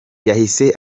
yahise